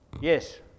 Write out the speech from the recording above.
yes